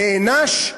נענש,